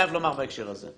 בהקשר הזה,